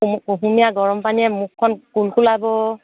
কুহুমীয়া গৰমপানীয়ে মুখখন কুলকুলাব